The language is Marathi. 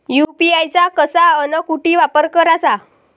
यू.पी.आय चा कसा अन कुटी वापर कराचा?